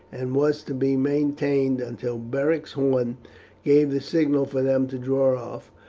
and was to be maintained until beric's horn gave the signal for them to draw off,